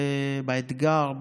באתגר,